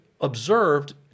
observed